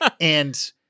and-